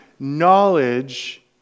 Knowledge